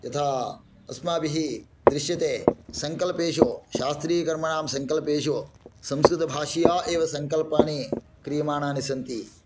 यथा अस्माभिः दृश्यते सङ्कल्पेषु शास्त्रीयकर्मणां सङ्कल्पेषु संस्कृतभाषीया एव सङ्कल्पानि क्रियमाणानि सन्ति